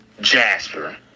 Jasper